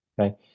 Okay